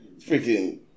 Freaking